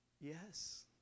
yes